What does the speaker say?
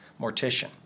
mortician